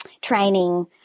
training